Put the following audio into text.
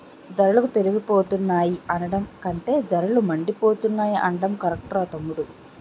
ధరలు పెరిగిపోతున్నాయి అనడం కంటే ధరలు మండిపోతున్నాయ్ అనడం కరెక్టురా తమ్ముడూ